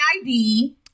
ID